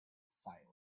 silent